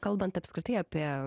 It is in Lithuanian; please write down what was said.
kalbant apskritai apie